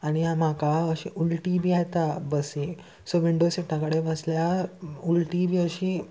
आनी म्हाका अशी उलटी बी येता बसीन सो विंडो सिटा कडेन बसल्या उल्टी बी अशी